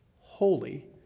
holy